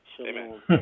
Amen